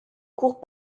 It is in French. courent